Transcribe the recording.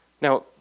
Now